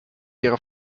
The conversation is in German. ihrer